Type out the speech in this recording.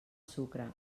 sucre